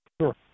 Sure